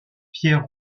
pierre